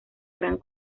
gran